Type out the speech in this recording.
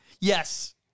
Yes